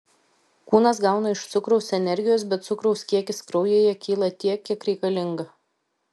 kūnas gauna iš cukraus energijos bet cukraus kiekis kraujyje kyla tiek kiek reikalinga